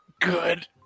Good